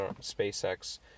SpaceX